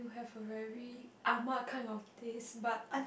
you have a very ah-ma kind of taste but